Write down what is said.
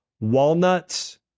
walnuts